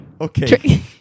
Okay